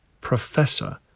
Professor